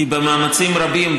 כי במאמצים רבים,